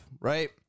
right